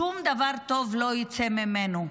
שום דבר טוב לא יצא ממנו,